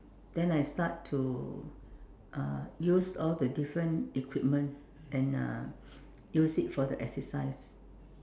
then I start to uh use all the different equipment and uh use it for the exercise